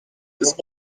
ist